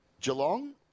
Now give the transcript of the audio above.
Geelong